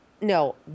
No